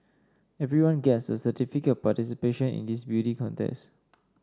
everyone gets a certificate of participation in this beauty contest